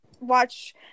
watch